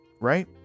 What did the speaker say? right